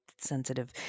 sensitive